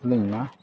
ᱟᱹᱞᱤᱧ ᱢᱟ